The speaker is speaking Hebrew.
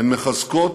הן מחזקות